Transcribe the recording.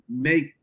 make